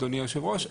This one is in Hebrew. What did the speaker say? אדוני יושב הראש.